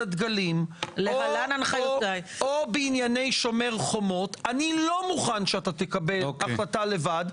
הדגלים או בענייני שומר חומות אני לא מוכן שתקבל החלטה לבד.